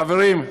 חברים,